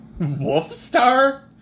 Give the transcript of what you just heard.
Wolfstar